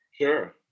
Sure